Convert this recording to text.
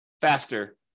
faster